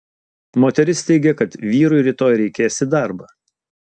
moteris teigia kad vyrui rytoj reikės į darbą